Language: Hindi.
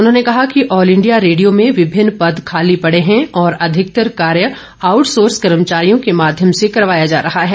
उन्होंने कहा कि ऑल इंडिया रेडियो में विभिन्न पद खाली पड़े हैं और अधिकतर कार्य आउटसोर्स कर्मचारियों के माध्यम से करवाया जा रहा है